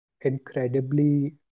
incredibly